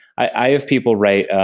i have people write.